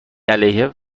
علیه